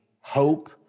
hope